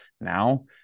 Now